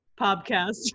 podcast